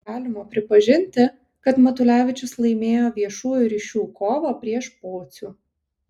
galima pripažinti kad matulevičius laimėjo viešųjų ryšių kovą prieš pocių